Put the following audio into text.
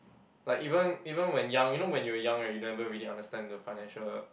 like even even when young you know when you are young right you never really understand the financial